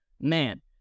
man